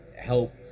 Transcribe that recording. help